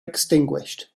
extinguished